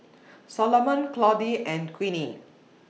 Salomon Claudie and Queenie